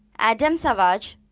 adam savage